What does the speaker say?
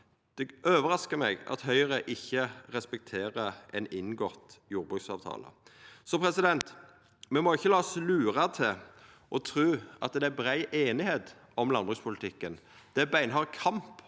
Det overraskar meg at Høgre ikkje respekterer ein inngått jordbruksavtale. Så me må ikkje la oss lura til å tru at det er brei einigheit om landbrukspolitikken. Det er beinhard kamp